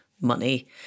money